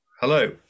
hello